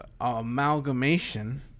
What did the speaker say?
amalgamation